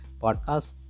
podcast